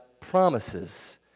promises